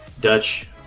Dutch